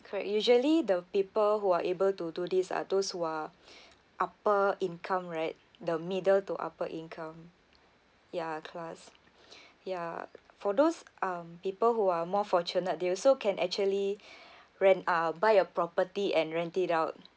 correct usually the people who are able to do this are those who are upper income right the middle to upper income ya class ya for those um people who are more fortunate they also can actually rent uh buy a property and rent it out